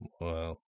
Wow